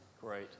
Great